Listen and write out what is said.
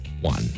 one